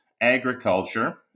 agriculture